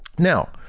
now,